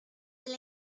del